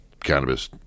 cannabis